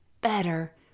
better